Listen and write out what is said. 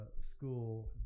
school